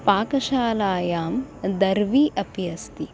पाकशालायां दर्वी अपि अस्ति